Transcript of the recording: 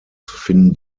finden